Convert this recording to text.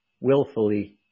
willfully